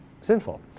sinful